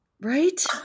right